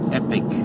epic